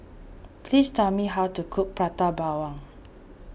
please tell me how to cook Prata Bawang